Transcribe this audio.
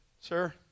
sir